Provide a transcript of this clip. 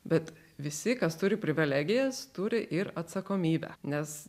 bet visi kas turi privelegijas turi ir atsakomybę nes